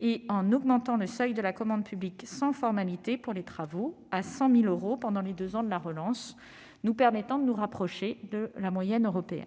et en augmentant le seuil de la commande publique sans formalité pour les travaux à 100 000 euros pendant les deux ans de la relance. Ce faisant, nous nous rapprochons de la moyenne européenne.